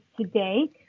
today